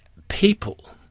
people,